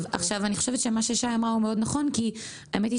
אני חושבת שמה ששי אמרה הוא מאוד נכון כי האמת היא